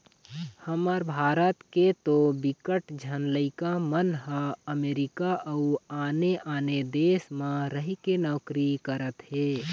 हमर भारत के तो बिकट झन लइका मन ह अमरीका अउ आने आने देस म रहिके नौकरी करत हे